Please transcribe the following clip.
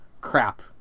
crap